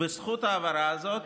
בזכות ההעברה הזאת,